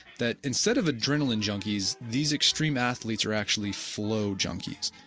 that instead of adrenaline junkies these extreme athletes are actually flow junkies.